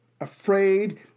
afraid